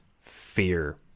fear